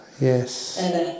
Yes